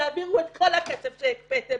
תעבירו את כל הכסף שהקפאתם.